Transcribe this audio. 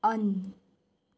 on